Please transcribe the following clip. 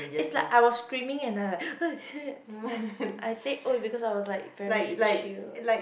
it's like I was screaming and I like I said !oi! because I was like very chill